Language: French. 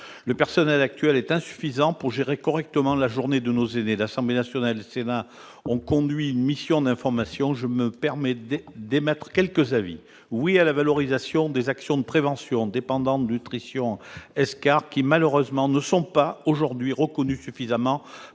le personnel actuel est insuffisant pour gérer correctement la journée de nos aînés. L'Assemblée nationale et le Sénat ont conduit une mission d'information. Je me permets d'émettre quelques avis. Oui à la valorisation des actions de prévention, « dépendance nutrition »,« escarres », qui, malheureusement, ne sont pas suffisamment